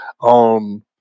on